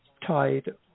tied